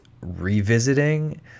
revisiting